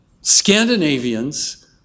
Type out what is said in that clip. Scandinavians